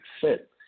fit